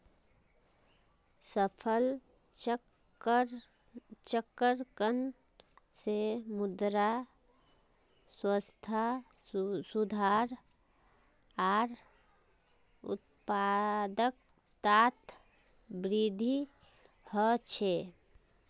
फसल चक्रण से मृदा स्वास्थ्यत सुधार आर उत्पादकतात वृद्धि ह छे